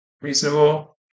reasonable